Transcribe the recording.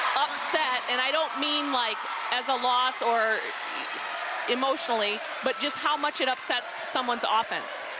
upset, and i don't mean like as a loss or emotionally, but just how much it upsets someone's offense.